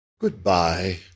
Goodbye